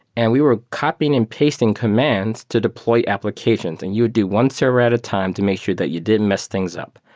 and we were copying and pasting commands to deploy applications, and you'd do one server at a time to make sure that you didn't mess things up.